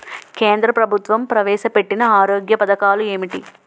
కేంద్ర ప్రభుత్వం ప్రవేశ పెట్టిన ఆరోగ్య పథకాలు ఎంటి?